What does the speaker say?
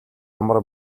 амар